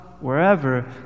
Wherever